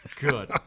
Good